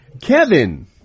Kevin